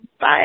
Bye